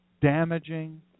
damaging